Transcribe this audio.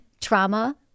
trauma